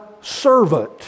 servant